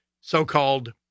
so-called